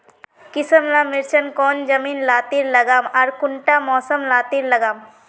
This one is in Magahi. किसम ला मिर्चन कौन जमीन लात्तिर लगाम आर कुंटा मौसम लात्तिर लगाम?